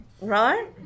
right